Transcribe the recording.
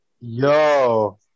Yo